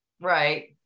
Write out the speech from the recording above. Right